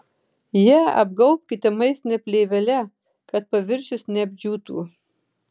ją apgaubkite maistine plėvele kad paviršius neapdžiūtų